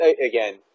again